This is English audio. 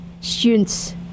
students